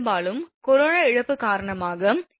பெரும்பாலும் கொரோனா இழப்பு காரணமாக நடக்கிறது